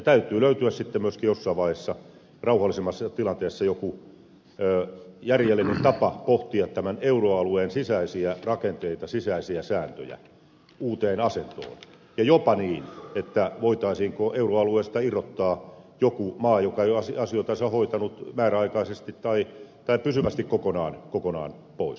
täytyy löytyä sitten myöskin jossain vaiheessa rauhallisemmassa tilanteessa joku järjellinen tapa pohtia euroalueen sisäisiä rakenteita sisäisiä sääntöjä uuteen asentoon ja jopa niin että voitaisiinko euroalueesta irrottaa joku maa joka ei ole asioitansa hoitanut määräaikaisesti tai pysyvästi kokonaan pois